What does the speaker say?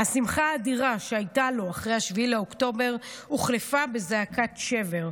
השמחה האדירה שהייתה אחרי 7 באוקטובר הוחלפה בזעקת שבר,